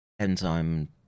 enzyme